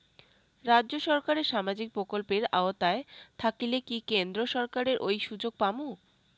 রাজ্য সরকারের সামাজিক প্রকল্পের আওতায় থাকিলে কি কেন্দ্র সরকারের ওই সুযোগ পামু?